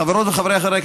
חברות וחברי הכנסת,